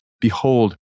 Behold